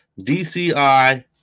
DCI